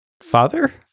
father